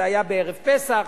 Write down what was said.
זה היה בערב פסח,